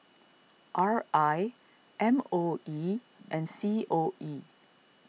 R I M O E and C O E